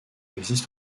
existe